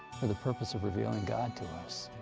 for the purpose of revealing god to us.